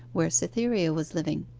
where cytherea was living.